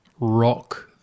rock